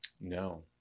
no